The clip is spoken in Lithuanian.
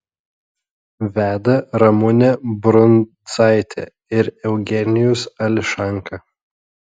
veda ramunė brundzaitė ir eugenijus ališanka